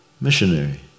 missionary